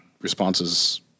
responses